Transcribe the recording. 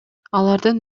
алардын